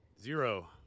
zero